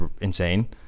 insane